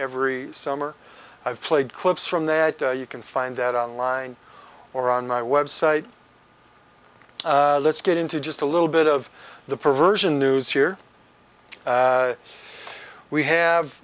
every summer i've played clips from that you can find that online or on my website let's get into just a little bit of the perversion news here